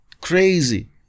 crazy